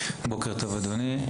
בוקר טוב אדוני.